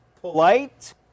polite